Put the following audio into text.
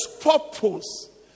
purpose